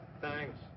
Thanks